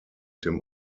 dem